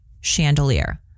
chandelier